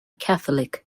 catholic